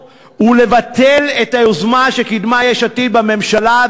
ולבטל את היוזמה שקידמה יש עתיד בממשלה,